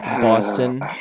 Boston